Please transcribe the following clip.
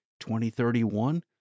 2031